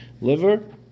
liver